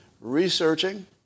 researching